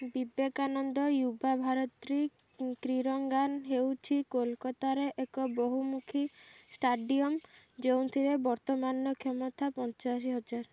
ବିବେକାନନ୍ଦ ୟୁବା ଭାରତ୍ରୀ କ୍ରିରଙ୍ଗାନ୍ ହେଉଛି କୋଲକାତାର ଏକ ବହୁମୁଖୀ ଷ୍ଟାଡ଼ିୟମ୍ ଯେଉଁଥିରେ ବର୍ତ୍ତମାନର କ୍ଷମତା ପଞ୍ଚାଅଶୀ ହଜାର